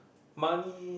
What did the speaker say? money